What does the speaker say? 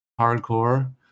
hardcore